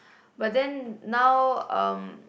but then now um